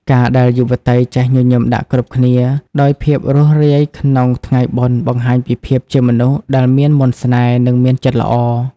ការដែលយុវតីចេះ "ញញឹមដាក់គ្រប់គ្នា" ដោយភាពរួសរាយក្នុងថ្ងៃបុណ្យ បង្ហាញពីភាពជាមនុស្សដែលមានមន្តស្នេហ៍ និងមានចិត្តល្អ។